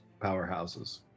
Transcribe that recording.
powerhouses